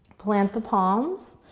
plant the palms.